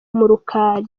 murukali